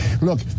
Look